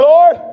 Lord